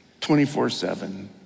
24-7